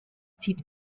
zieht